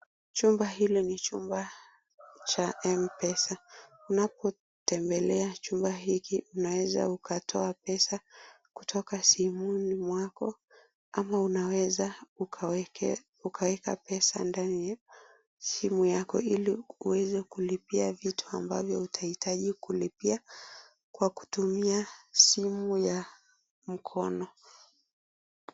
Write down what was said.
Chumba hili ni chumba cha mpesa unapotembelea chomba hiki u awesza kutoka simuni mwako ama unaweza ukaweke pesa ndani simu Yako hili ueze kulipia vitu ambavyo utaitaji kulipia Kwa kutumia simu ya mkono.